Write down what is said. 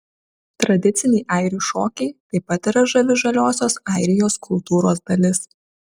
tradiciniai airių šokiai taip pat yra žavi žaliosios airijos kultūros dalis